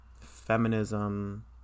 feminism